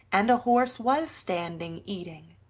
and a horse was standing eating.